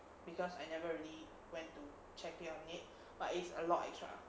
because I never really went to check on it but it's a lot of extra